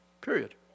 period